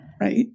right